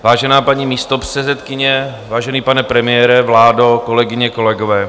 Vážená paní místopředsedkyně, vážený pane premiére, vládo, kolegyně, kolegové.